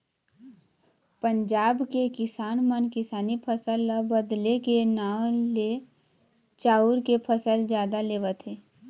पंजाब के किसान मन किसानी फसल ल बदले के नांव ले चाँउर के फसल जादा लेवत हे